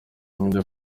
nibyo